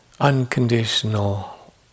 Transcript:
Unconditional